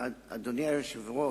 אדוני היושב-ראש,